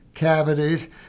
cavities